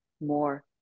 more